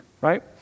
right